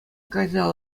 кайса